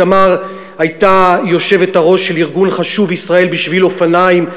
תמר הייתה היושבת-ראש של ארגון חשוב "ישראל בשביל אופניים",